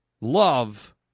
Love